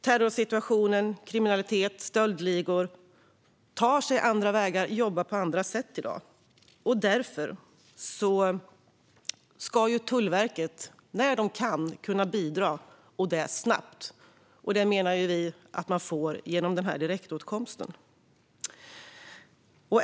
Terrorsituationen är annorlunda och kriminalitet och stöldligor tar andra vägar och jobbar på andra sätt i dag. Därför ska Tullverket, när det kan, kunna bidra och det snabbt. Det menar vi att det kan genom den här direktåtkomsten.